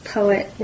Poet